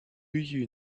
you